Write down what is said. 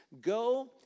go